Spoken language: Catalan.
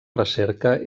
recerca